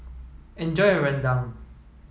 enjoy your Rendang